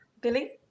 Billy